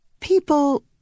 People